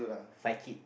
Fai kid